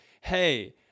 Hey